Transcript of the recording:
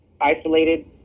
isolated